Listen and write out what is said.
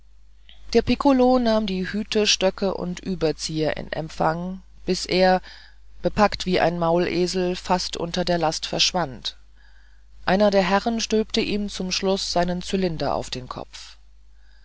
der pikkolo nahm die hüte stöcke und überzieher in empfang bis er bepackt wie ein maulesel fast unter der last verschwand einer der herren stülpte ihm zum schluß seinen zylinder über den kopf